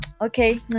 okay